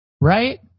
right